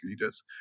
leaders